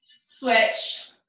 switch